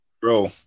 Bro